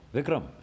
Vikram